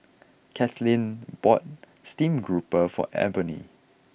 Katelin bought Steamed Grouper for Ebony